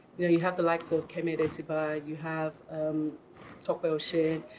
you have the likes of kemi adetiba. you have um tope oshin.